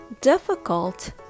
difficult